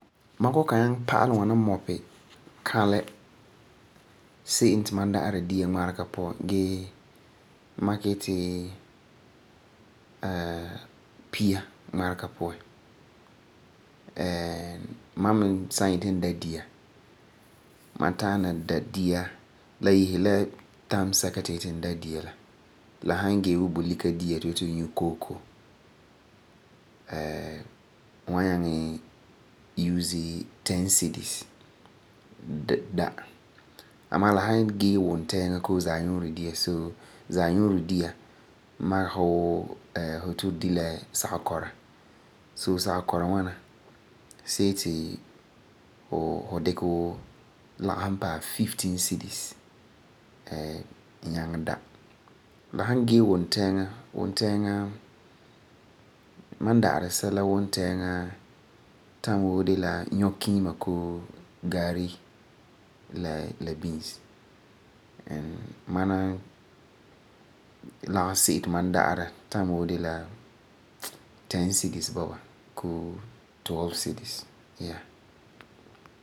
Ma kɔ'ɔm kan nyaŋɛ pa'alɛ ŋwana mɔpi kalɛ seembti na da'arɛ dia ŋmarega puan gee n makɛ yeti pia ŋmarega puan. ma mi san yeti n da dia ma ta'am in da dia, la yese la time sɛka ti fu yeti fu da dia la. La han gee wuu la de la bulika dia la han ti fu yeti fu nyu kooko, a wan nyaŋɛ use ten cedis da. Ma da'arɛ sɛla wuntɛɛŋa time woo de la nyukiima koo la gari la beans and mam na lagesebo ti ba da'ara time woo de la ten cedis bɔna bo koo 12 cedis, yeah.